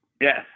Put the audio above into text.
Yes